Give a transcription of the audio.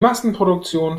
massenproduktion